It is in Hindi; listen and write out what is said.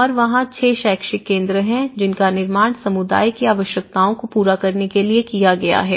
और वहाँ 6 शैक्षिक केंद्र हैं जिनका निर्माण समुदाय की आवश्यकताओं को पूरा करने के लिए किया गया है